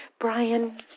Brian